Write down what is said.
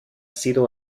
sido